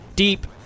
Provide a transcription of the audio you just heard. Deep